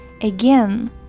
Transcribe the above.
again